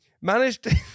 managed